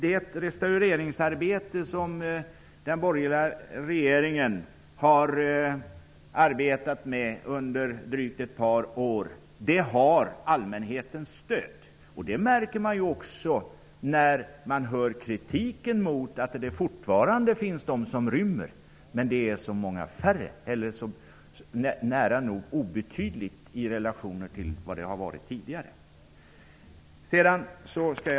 Det restaureringsarbete som den borgerliga regeringen har utfört under drygt ett par år har allmänhetens stöd. Det märker man också, när man hör kritiken mot att det fortfarande förekommer rymningar. Men antalet rymningar nu är obetydligt i relation till tidigare antal.